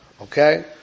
Okay